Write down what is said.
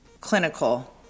clinical